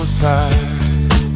side